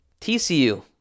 TCU